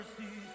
mercies